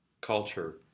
culture